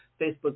Facebook